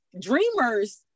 dreamers